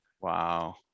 wow